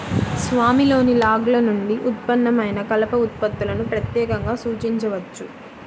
స్వామిలోని లాగ్ల నుండి ఉత్పన్నమైన కలప ఉత్పత్తులను ప్రత్యేకంగా సూచించవచ్చు